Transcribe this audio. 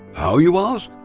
how you ask?